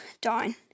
down